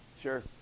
sure